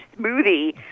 smoothie